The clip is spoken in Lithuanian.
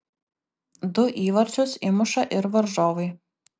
du įvarčius įmuša ir varžovai